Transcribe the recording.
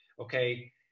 okay